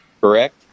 correct